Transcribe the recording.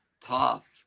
tough